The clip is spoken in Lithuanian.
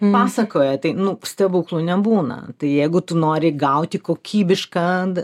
pasakoja tai nu stebuklų nebūna tai jeigu tu nori gauti kokybišką